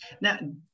Now